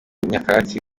nyakatsi